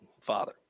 Father